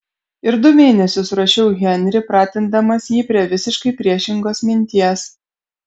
ir du mėnesius ruošiau henrį pratindamas jį prie visiškai priešingos minties